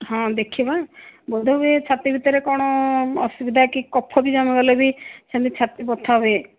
ହଁ ଦେଖିବା ବୋଧ ହୁଏ ଛାତି ଭିତରେ କ'ଣ ଅସୁବିଧା କି କଫ୍ ବି ଜମିଗଲେ ବି ସେମିତି ଛାତି ବଥା ହୁଏ